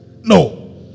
No